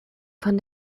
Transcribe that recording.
von